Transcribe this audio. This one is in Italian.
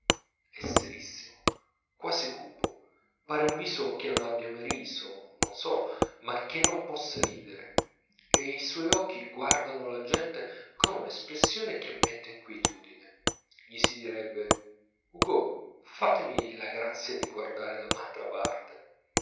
è serissimo quasi cupo pare un viso che non abbia mai riso non solo ma che non possa ridere e i suoi occhi guardano la gente con un'espressione che mette inquietudine gli si direbbe hugo fatemi la grazia di guardare da un'altra parte